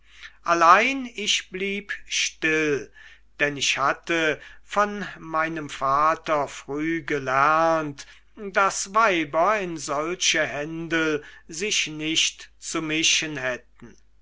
allein ich blieb still denn ich hatte von meinem vater früh gelernt daß weiber in solche händel sich nicht zu mischen hätten